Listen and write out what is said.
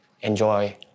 enjoy